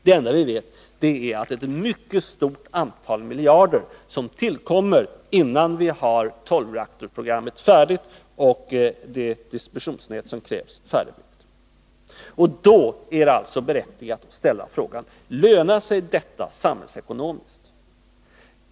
Det enda vi vet är att ett mycket stort antal miljarder tillkommer innan vi har tolvreaktorsprogrammet och det distributionsnät som krävs färdiga. Då är det alltså berättigat att ställa frågan: Lönar sig detta samhällsekonomiskt?